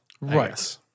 Right